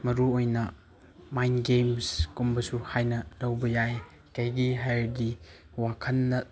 ꯃꯔꯨꯑꯣꯏꯅ main games ꯀꯨꯝꯕꯁꯨ ꯍꯥꯏꯅ ꯂꯧꯕ ꯌꯥꯏ ꯀꯩꯒꯤ ꯍꯥꯏꯔꯗꯤ ꯋꯥꯈꯜꯅ